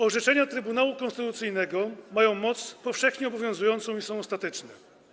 Orzeczenia Trybunału Konstytucyjnego mają moc powszechnie obowiązującą i są ostateczne.